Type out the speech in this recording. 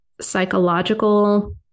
psychological